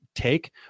take